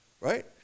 right